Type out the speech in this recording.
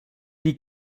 die